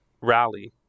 rally